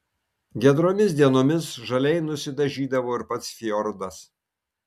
giedromis dienomis žaliai nusidažydavo ir pats fjordas